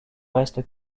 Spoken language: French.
reste